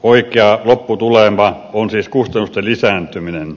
oikea lopputulema on siis kustannusten lisääntyminen